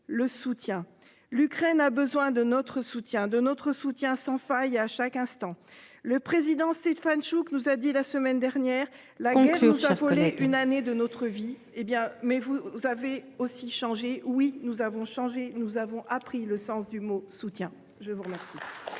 le soutien. L'Ukraine a besoin de notre soutien de notre soutien sans faille à chaque instant. Le président Stefantchouk nous a dit la semaine dernière la question pour s'affoler. Une année de notre vie. Hé bien, mais vous avez aussi changé, oui nous avons changé. Et nous avons appris le sens du mot soutient je vous remercie.